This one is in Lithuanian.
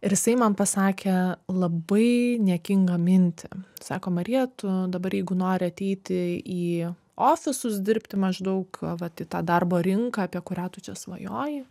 ir jisai man pasakė labai niekingą mintį sako marija tu dabar jeigu nori ateiti į ofisus dirbti maždaug vat į tą darbo rinką apie kurią tu čia svajoji